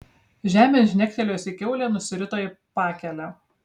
žemėn žnektelėjusi kiaulė nusirito į pakelę